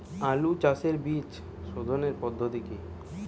আলু চাষের বীজ সোধনের পদ্ধতি কি?